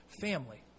family